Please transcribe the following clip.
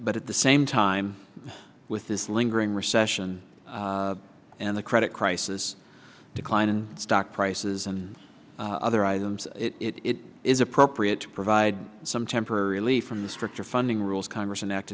but at the same time with this lingering recession and the credit crisis decline in stock prices and other items it is appropriate to provide some temporary relief from the stricter funding rules congress and act